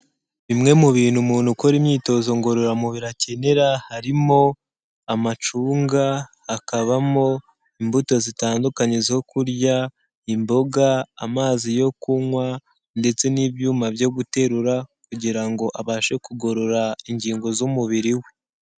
Bimwe mu bintu umuntu ukora imyitozo ngororamubiri akenera harimo amacunga, hakabamo imbuto zitandukanye zo kurya, imboga, amazi yo kunywa ndetse n'ibyuma byo guterura kugira ngo abashe kugorora ingingo z'umubiri we.